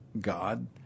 God